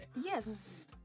Yes